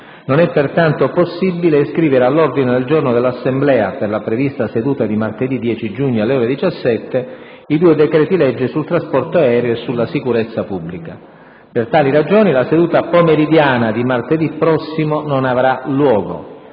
Non è, pertanto, possibile iscrivere all'ordine del giorno dell'Assemblea, per la prevista seduta di martedì 10 giugno alle ore 17, i due decreti-legge sul trasporto aereo e sulla sicurezza pubblica. Per tali ragioni la seduta pomeridiana di martedì prossimo non avrà luogo.